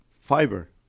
fiber